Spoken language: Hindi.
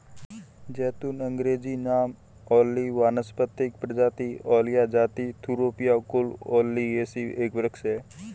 ज़ैतून अँग्रेजी नाम ओलिव वानस्पतिक प्रजाति ओलिया जाति थूरोपिया कुल ओलियेसी एक वृक्ष है